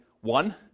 one